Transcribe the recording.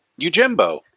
Ujimbo